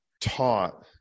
taught